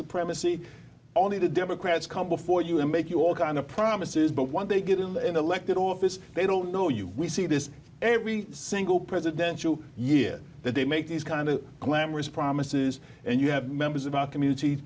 supremacy only the democrats come before you and make you all kind of promises but when they get in elected office they don't know you we see this every single presidential year that they make these kind of glamorous promises and you have members of our community